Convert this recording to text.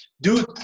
dude